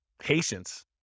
Patience